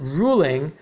ruling